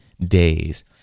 days